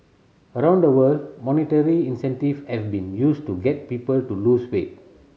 around the world monetary incentive has been used to get people to lose weight